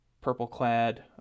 purple-clad